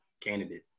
candidate